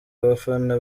abafana